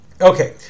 Okay